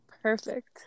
Perfect